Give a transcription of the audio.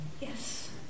yes